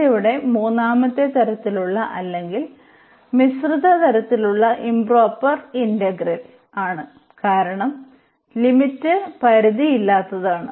ഇത് ഇവിടെ മൂന്നാമത്തെ തരത്തിലുള്ള അല്ലെങ്കിൽ മിശ്രിത തരത്തിലുള്ള ഇംപ്റോപർ ഇന്റഗ്രലാണ് കാരണം ലിമിറ്റ് പരിധിയില്ലാത്തതാണ്